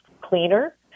cleaner